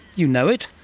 you know it,